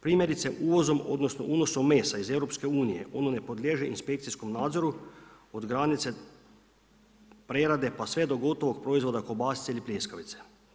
Primjerice uvozom odnosno unosom mesa EU ono ne podliježe inspekcijskom nadzoru od granice prerade pa sve do gotovog proizvoda kobasice i pljeskavice.